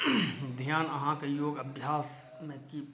ध्यान अहाँके योगाभ्यास